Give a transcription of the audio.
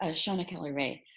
ah so and kelly wray.